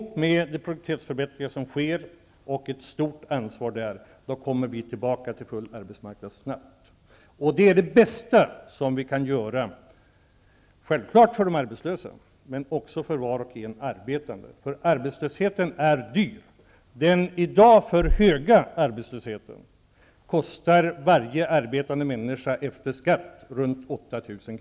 Tillsammans med produktivitetsförbättringar och ett stort ansvar kommer vi åter att få full sysselsättning snabbt. Det är det bästa som vi kan göra, självfallet för de arbetslösa, men också för var och en som av de arbetande, för arbetslösheten är dyr. Den i dag för höga arbetslösheten kostar varje arbetande människa runt 8 000 kr. efter skatt.